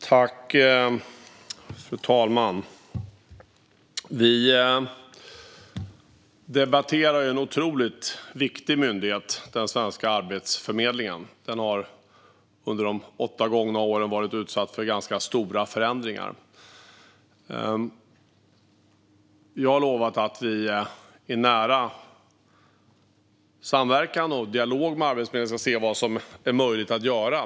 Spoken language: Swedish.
Fru talman! Vi debatterar en otroligt viktig myndighet, Arbetsförmedlingen. Under de åtta gångna åren har den varit utsatt för ganska stora förändringar, och jag har lovat att vi i nära samverkan och dialog med Arbetsförmedlingen ska se vad som är möjligt att göra.